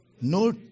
no